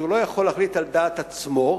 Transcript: אז הוא לא יכול להחליט על דעת עצמו,